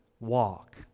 Walk